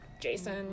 Jason